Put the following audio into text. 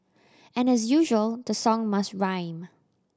and as usual the song must rhyme